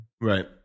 Right